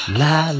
la